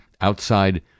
outside